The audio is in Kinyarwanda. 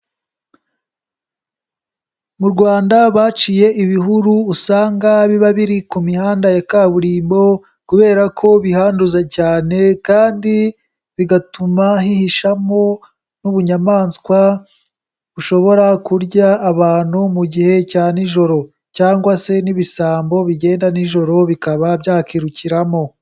Mu Rwanda baciye ibihuru usanga biba biri ku mihanda ya kaburimbo kubera ko bihanduza cyane kandi, bigatuma hihishamo n'ubunyamaswa bushobora kurya abantu mu gihe cya nijoro cyangwa se n'ibisambo bigenda nijoro bikaba byakirukiramo.